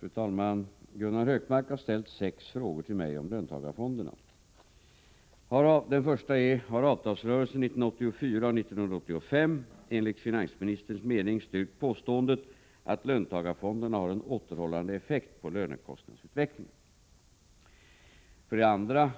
Fru talman! Gunnar Hökmark har ställt sex frågor till mig om löntagarfonderna: 1. Har avtalsrörelsen 1984 och 1985 enligt finansministerns mening styrkt påståendet att löntagarfonderna har en återhållande effekt på lönekostnadsutvecklingen? 2.